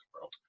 world